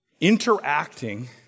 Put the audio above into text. interacting